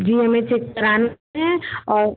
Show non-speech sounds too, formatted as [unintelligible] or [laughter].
जो [unintelligible] जानते हैं और